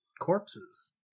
corpses